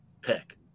pick